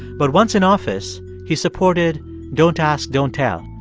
but once in office, he supported don't ask, don't tell,